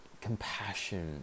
compassion